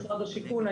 משרד השיכון,